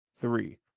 three